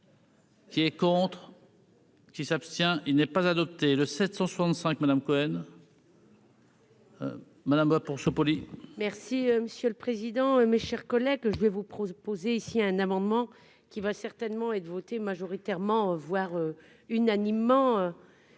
Qui est contre. Qui s'abstient, il n'est pas adopté le 765 Madame Cohen. Dans le monde scolaire. Madame pour ce policier. Merci monsieur le président, mes chers collègues, je vais vous proposer ici un amendement qui va certainement être voté majoritairement voire unanimement